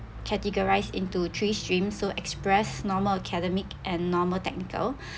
categorised into three stream so express normal academic and normal technical